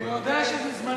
הוא יודע שזה זמני.